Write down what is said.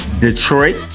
detroit